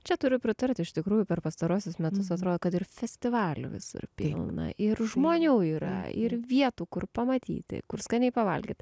čia turiu pritart iš tikrųjų per pastaruosius metus atrodo kad ir festivalių visur pilna ir žmonių yra ir vietų kur pamatyti kur skaniai pavalgyt